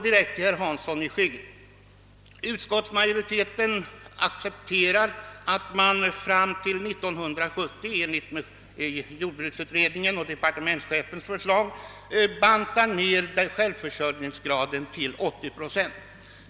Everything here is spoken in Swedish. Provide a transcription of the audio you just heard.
Utskottsmajoriteten accepterar, att vi fram till 1970 enligt jordbruksutredningens och departementschefens förslag bantar ned självförsörjningsgraden till 80 procent.